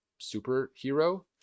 superhero